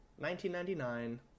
1999